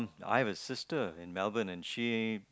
I have a sister in Melbourne and she